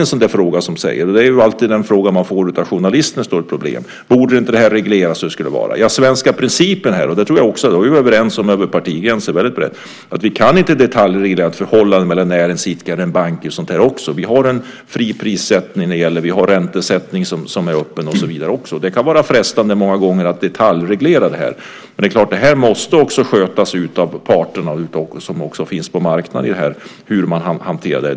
Frågan om reglering får man alltid av journalisterna när det är stora problem. Borde det inte regleras hur det ska vara? Den svenska principen - det har vi väldigt brett över partigränserna varit överens om - är att vi inte kan detaljreglera ett förhållande mellan näringsidkare och banker. Vi har en fri prissättning. Vi har en räntesättning som är öppen. Det kan vara frestande många gånger att detaljreglera det här, men hur man hanterar det måste skötas av parterna som också finns på marknaden.